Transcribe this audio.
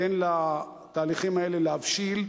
תן לתהליכים האלה להבשיל,